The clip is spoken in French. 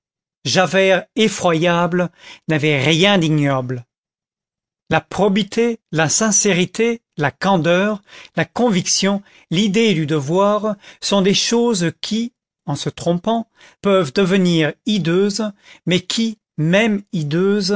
javert effroyable n'avait rien d'ignoble la probité la sincérité la candeur la conviction l'idée du devoir sont des choses qui en se trompant peuvent devenir hideuses mais qui même